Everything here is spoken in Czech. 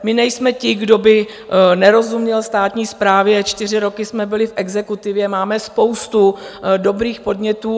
My nejsme ti, kdo by nerozuměl státní správě, čtyři roky jsme byli v exekutivě, máme spoustu dobrých podnětů.